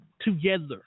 together